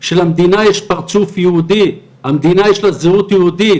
שלמדינה יש פרצוף יהודי, למדינה יש זהות יהודית